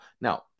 Now